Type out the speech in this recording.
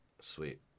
Sweet